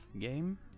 game